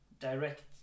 direct